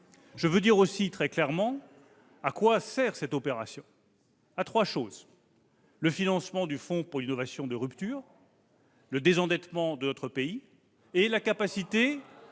je tiens à dire très clairement à quoi sert cette opération. Elle a trois buts : le financement du fonds pour l'innovation de rupture, le désendettement de notre pays et la création